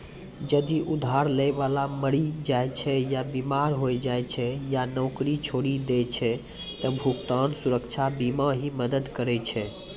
जदि उधार लै बाला मरि जाय छै या बीमार होय जाय छै या नौकरी छोड़ि दै छै त भुगतान सुरक्षा बीमा ही मदद करै छै